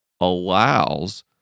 allows